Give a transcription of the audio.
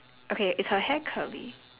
okay is her hair curly